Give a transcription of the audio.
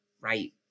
right